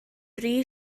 rhy